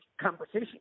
conversation